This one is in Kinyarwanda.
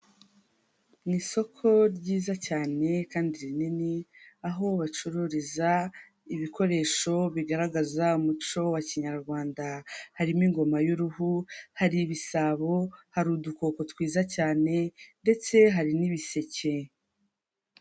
Ni isoko ryiza cyane kandi rinini, aho bacururiza ibikoresho bigaragaza umuco wa Kinyarwanda. Harimo ingoma y'uruhu, hari ibisabo, hari udukoko twiza cyane, ndetse hari n'ibiseke.